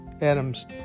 ADAMS